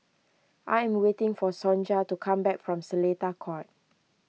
I am waiting for Sonja to come back from Seletar Court